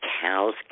cows